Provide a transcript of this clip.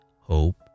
hope